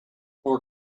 more